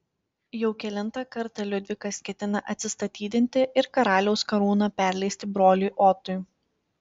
jau kelintą kartą liudvikas ketina atsistatydinti ir karaliaus karūną perleisti broliui otui